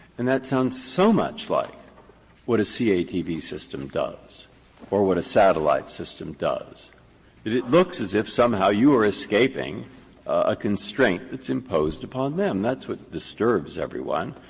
and that sounds so much like what a catv system does or what a satellite system does that it looks as if somehow you are escaping a constraint that's imposed upon them. that's what disturbs everyone.